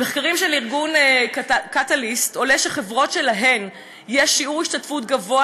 ממחקרים של ארגון קטליסט עולה שחברות שבהן יש שיעור השתתפות גבוה